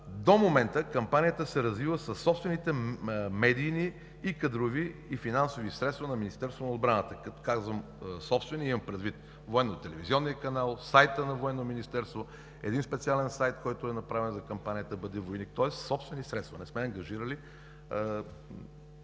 армия. Кампанията се развива със собствените медийни, кадрови и финансови средства на Министерството на отбраната. Като казвам „собствени“, имам предвид Военния телевизионен канал, сайта на Военно министерство, един специален сайт, който е направен за кампанията „Бъди войник“, тоест собствени средства. Не сме ангажирали